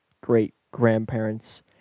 great-grandparents